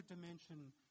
dimension